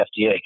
FDA